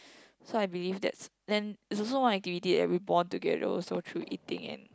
so I believe that's then is also one activity that we bond together also through eating and